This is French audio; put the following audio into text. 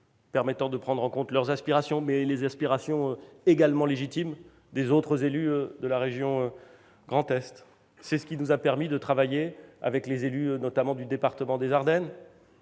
permettant de prendre en compte leurs aspirations, mais aussi les aspirations également légitimes des autres élus de la région Grand Est. C'est ce qui nous a permis de travailler avec les élus, notamment du département des Ardennes,